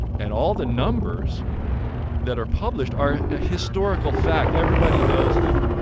and all the numbers that are published are a historical fact. everybody knows them.